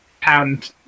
Pound